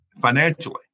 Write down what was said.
financially